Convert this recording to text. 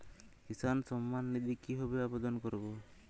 কিষান সম্মাননিধি কিভাবে আবেদন করব?